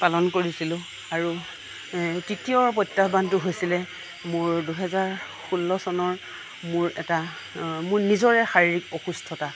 পালন কৰিছিলোঁ আৰু এ তৃতীয় প্ৰত্যাহ্বানটো হৈছিলে মোৰ দুহেজাৰ ষোল্ল চনৰ মোৰ এটা মোৰ নিজৰে শাৰীৰিক অসুস্থতা